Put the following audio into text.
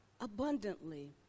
abundantly